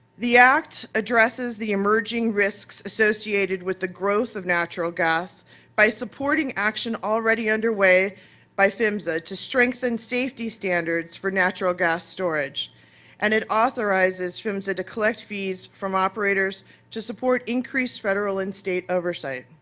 the act addresses the emerging risks associated with the growth of natural gas by sporting action already underway by phmsa to strengthen safety standards for natural gas storage and it authorizes phmsa to collect fees from operators to support increased federal and state oversight.